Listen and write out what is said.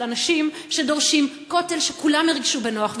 של אנשים שדורשים כותל שכולם ירגישו בו בנוח.